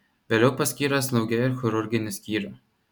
vėliau paskyrė slauge į chirurginį skyrių